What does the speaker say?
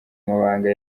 mabanga